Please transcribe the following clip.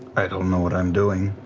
i don't know what i'm doing.